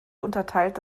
unterteilt